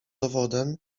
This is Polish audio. dowodem